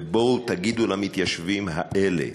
בואו תגידו למתיישבים האלה: